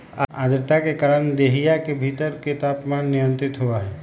आद्रता के कारण देहिया के भीतर के तापमान नियंत्रित होबा हई